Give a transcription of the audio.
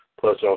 plus